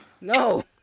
No